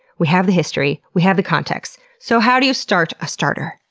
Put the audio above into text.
we have the history, we have the context. so how do you start a starter?